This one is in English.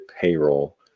payroll